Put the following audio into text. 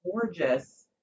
gorgeous